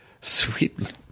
sweet